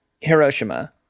Hiroshima